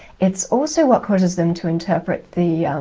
it's also what causes them to interpret the.